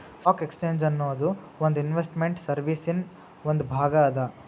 stock exchange ಅನ್ನೊದು ಒಂದ್ investment ಸರ್ವೇಸಿನ್ ಒಂದ್ ಭಾಗ ಅದ